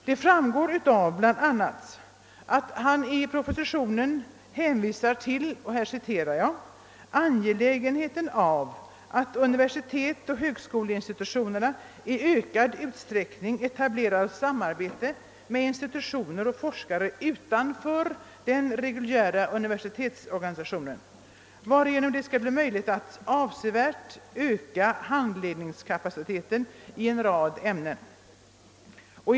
Detta framgår bl.a. av att han i propositionen har hänvisat till >angelägenheten av att universitetoch högskoleinstitutionerna i ökad utsträckning etablerar samarbete med institutioner och forskare utanför den reguljära universitetsorganisationen». Härigenom skall det bli möjligt »att avsevärt öka handledningskapaciteten i en rad ämnen>.